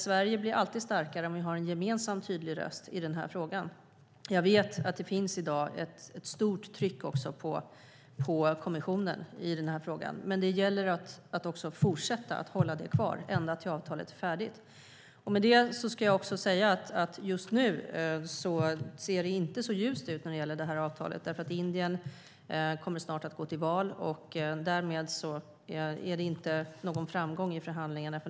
Sverige blir alltid starkare om vi har en gemensam tydlig röst i denna fråga. Jag vet att det finns ett stort tryck på kommissionen i denna fråga, men det gäller att hålla det kvar ända tills avtalet är färdigt. Just nu ser det inte så ljust ut när det gäller avtalet. Indien går snart till val, och därför går det inte framåt i förhandlingarna.